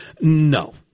No